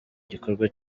gikorwa